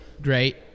great